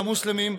המוסלמים,